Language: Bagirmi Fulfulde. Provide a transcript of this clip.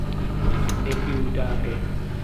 Nyalade siwtaare.